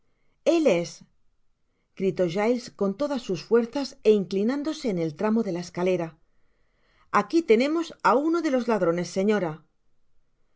el es gritó giles con toda sus fuerzas é inclinándose en el tramo de la escaleraaqui tenemos á uno de los ladrones señora